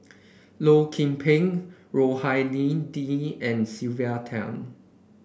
Loh Lik Peng Rohani Din and Sylvia Tan